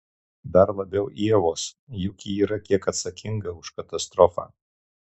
dar labiau ievos juk ji yra kiek atsakinga už katastrofą